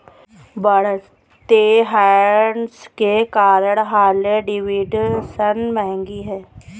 बढ़ते टैक्स के कारण हार्ले डेविडसन महंगी हैं